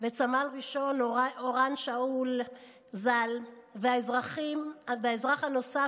ואת סמל ראשון אורון שאול ז"ל והאזרח הנוסף,